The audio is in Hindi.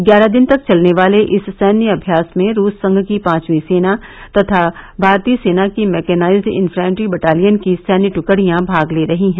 ग्यारह दिन तक चलने वाले इस सैन्य अम्यास में रूस संघ की पांचवीं सेना तथा भारतीय सेना की मैकेनाइज्ड इन्फ्रैंट्री बटालियन की सैन्य ट्कड़ियां भाग ले रही हैं